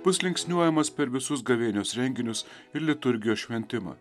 bus linksniuojamas per visus gavėnios renginius ir liturgijos šventimą